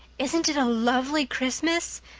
isn't it a lovely christmas?